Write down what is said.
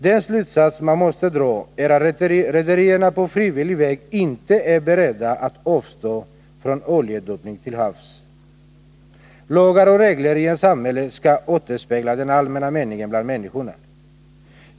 Den slutsats man måste dra är att rederierna inte är beredda att på frivillig väg avstå från oljedumpningar till havs. Lagar och regler i ett samhälle skall återspegla den allmänna meningen bland människorna.